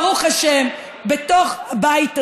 ברוך השם, בתוך הבית הזה,